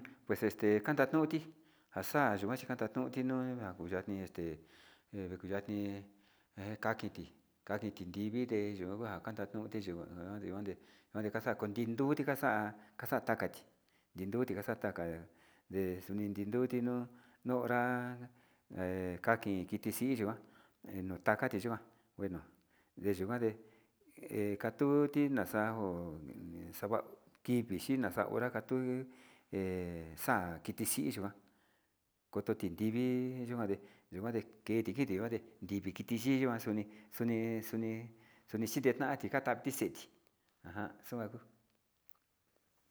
Pues este njakan nuuti njaxa'a chikanda nuti nuu, njakuni este nakuyani ekakiti kakiti nrivi ndee yikuava kuanta ñuti yikuan ha njade onde njade kaxa'a tinduti njaxa'a xa'a xa'a takati dinduti nja taka ndexu ndiduti nuu nuu hora kaki kixii yikuan he notakati yikuan, ndeno ndeyikuan ndee he katuti naxangua naxati yikuan naxa hora tuu xan kiti xhii yikuan kototi nrivi yikuan ndee yikuan dee kiti kiti yuan nde nrivi kiti xhinia xoni xoni xoni kiti tante ka'a takixe ajan xona'a kuu.